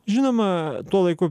žinoma tuo laiku